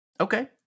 Okay